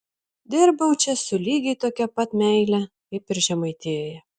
dirbau čia su lygiai tokia pat meile kaip ir žemaitijoje